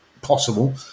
possible